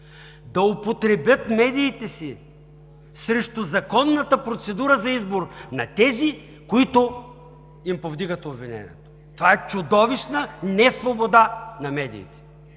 да употребят медиите си срещу законната процедура за избор на тези, които им повдигат обвинението. Това е чудовищна несвобода на медиите!